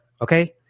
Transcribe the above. okay